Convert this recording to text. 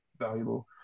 valuable